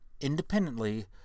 independently